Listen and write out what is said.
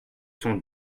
cent